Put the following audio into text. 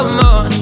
more